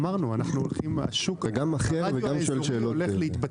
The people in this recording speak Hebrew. אמרתי שהרדיו האזורי הולך להתבטל.